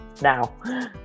now